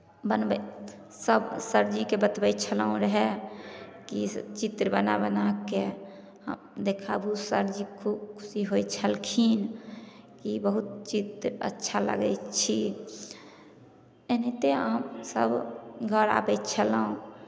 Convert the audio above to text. बनबै सभ सरजीकेँ बतबै छलहुँ रहय कि से चित्र बना बना कऽ देखाबू सरजी खूब खुशी होइ छलखिन ई बहुत चित्र अच्छा लागै छी एनाहिते हमसभ घर आबै छलहुँ